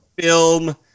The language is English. film